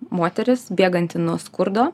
moteris bėganti nuo skurdo